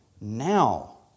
now